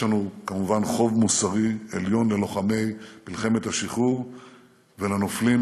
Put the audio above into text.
יש לנו כמובן חוב מוסרי עליון ללוחמי מלחמת השחרור ולנופלים,